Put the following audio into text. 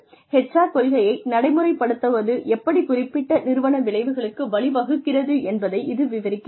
HR கொள்கையை நடைமுறைப்படுத்துவது எப்படிக் குறிப்பிட்ட நிறுவன விளைவுகளுக்கு வழிவகுக்கிறது என்பதை இது விவரிக்கிறது